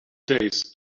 days